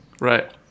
Right